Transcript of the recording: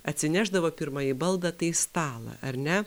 atsinešdavo pirmąjį baldą tai stalą ar ne